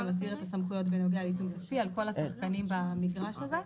במסגרת הסמכויות על כל הצרכנים במגרש הזה.